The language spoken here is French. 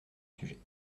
sujet